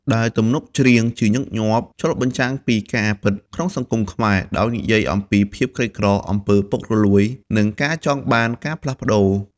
ដែលទំនុកច្រៀងជាញឹកញាប់ឆ្លុះបញ្ចាំងពីការពិតក្នុងសង្គមខ្មែរ ដោយនិយាយអំពីភាពក្រីក្រ អំពើពុករលួយ និងការចង់បានការផ្លាស់ប្ដូរ។